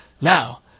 Now